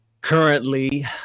currently